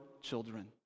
children